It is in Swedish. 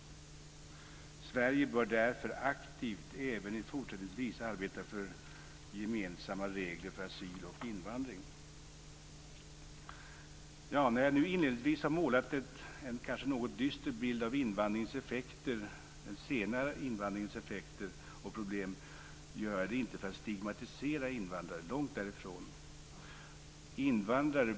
Sverige bör därför aktivt även fortsättningsvis arbeta för gemensamma regler för asyl och invandring. När jag nu inledningsvis målat en kanske något dyster bild av den senare invandringens effekter och problem gör jag det inte för att stigmatisera invandrare, långt därifrån.